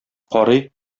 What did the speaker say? карый